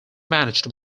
managed